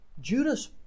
Judas